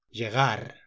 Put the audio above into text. Llegar